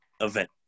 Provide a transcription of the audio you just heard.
event